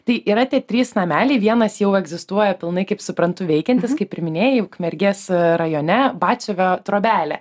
tai yra tie trys nameliai vienas jau egzistuoja pilnai kaip suprantu veikiantis kaip ir minėjai ukmergės rajone batsiuvio trobelė